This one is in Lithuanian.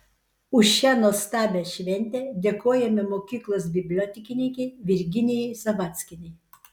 už šią nuostabią šventę dėkojame mokyklos bibliotekininkei virginijai zavadskienei